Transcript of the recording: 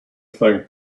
thing